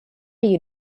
you